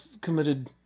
committed